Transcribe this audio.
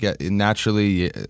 naturally